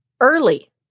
early